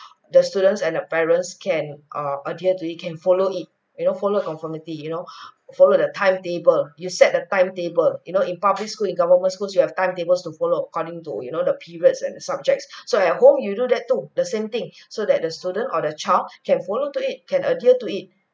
the students and the parents can err adhere to it can follow it you know follow conformity you know follow the timetable you set the timetable you know in public school in governments school you have timetables to follow according to you know the periods and the subjects so at home you know that too the same thing so that the student or the child can follow to it can adhere to it